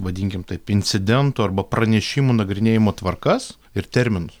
vadinkim taip incidentų arba pranešimų nagrinėjimo tvarkas ir terminus